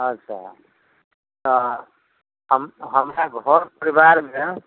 अच्छा तऽ हम हमरा घर परिवारमे